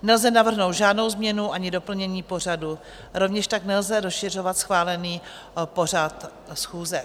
Nelze navrhnout žádnou změnu ani doplnění pořadu, rovněž tak nelze rozšiřovat schválený pořad schůze.